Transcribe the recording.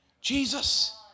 Jesus